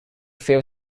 fell